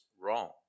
wrong